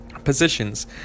positions